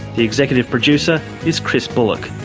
the executive producer is chris bullock,